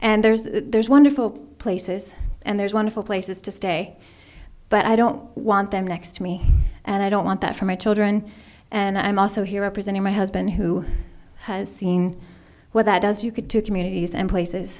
and there's wonderful places and there's wonderful places to stay but i don't want them next to me and i don't want that for my children and i'm also here representing my husband who has seen what that does you could to communities and places